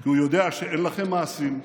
כי הוא יודע שאין לכם מעשים,